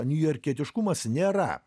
niujorkietiškumas nėra